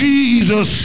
Jesus